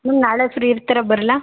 ನೀವು ನಾಳೆ ಫ್ರೀ ಇರ್ತೀರಾ ಬರಲ್ಲ